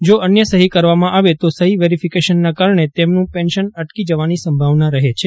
જો અન્ય સહી કરવામાં આવે તો સહી વેરિફિકેશનના કારણે તેમનું પેન્શન અટકી જવાની સંભાવના રહે છે